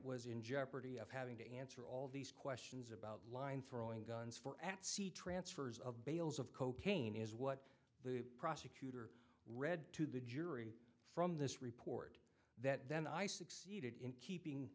was in jeopardy of having to answer all these questions about line throwing guns for at sea transfers of bales of cocaine is what the prosecutor read to the jury from this report that then i succeeded in keeping